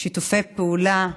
שיתופי פעולה,